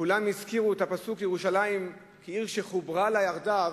כולם הזכירו את הפסוק: ירושלים כעיר שחוברה לה יחדיו.